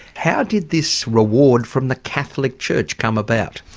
how did this reward from the catholic church come about?